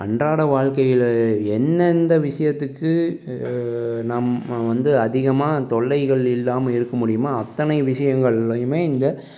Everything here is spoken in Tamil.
அன்றாடம் வாழ்க்கையில் என்ன எந்த விஷயத்திக்கு நம்ம வந்து அதிகமாக தொல்லைகள் இல்லாமல் இருக்க முடியும் அத்தனை விஷயங்கள்லையும் இந்த